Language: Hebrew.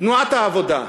תנועת העבודה,